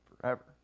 forever